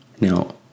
now